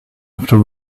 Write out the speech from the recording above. after